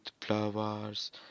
flowers